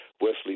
Wesley